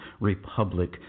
Republic